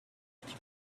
cage